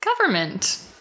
government